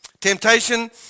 Temptation